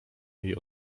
jej